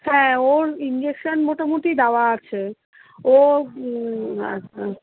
হ্যাঁ ওর ইঞ্জেকশন মোটামুটি দেওয়া আছে ও আচ্ছা